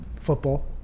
Football